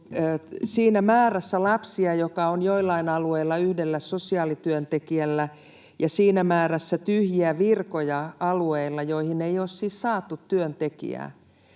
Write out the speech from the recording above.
siinä määrässä lapsia, joka on joillain alueilla yhdellä sosiaalityöntekijällä, että alueilla siinä määrässä tyhjiä virkoja, joihin ei ole siis saatu työntekijää.